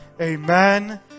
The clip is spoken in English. amen